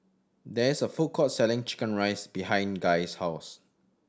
there is a food court selling chicken rice behind Guy's house